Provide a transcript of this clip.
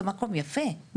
זה מקום יפה,